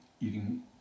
eating